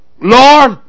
Lord